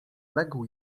legł